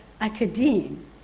academe